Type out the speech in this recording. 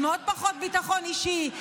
עם עוד פחות ביטחון אישי,